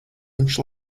viņš